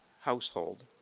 household